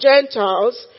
Gentiles